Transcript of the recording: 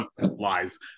Lies